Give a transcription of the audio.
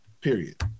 Period